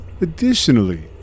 additionally